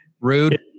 Rude